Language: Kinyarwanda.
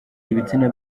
ibitsina